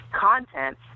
content